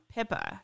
Pippa